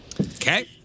Okay